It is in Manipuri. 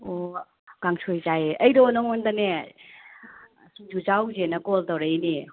ꯑꯣ ꯀꯥꯡꯁꯣꯏ ꯆꯥꯏꯌꯦ ꯑꯩꯗꯣ ꯅꯪꯉꯣꯟꯗꯅꯦ ꯁꯤꯡꯖꯨ ꯆꯥꯎꯁꯦꯅ ꯀꯣꯜ ꯇꯧꯔꯛꯏꯅꯦ